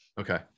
Okay